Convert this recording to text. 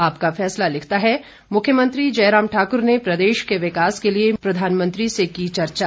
आपका फैसला लिखता है मुख्यमंत्री जयराम ठाकुर ने प्रदेश के विकास के लिए प्रधानमंत्री से की चर्चा